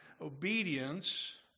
obedience